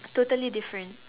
totally different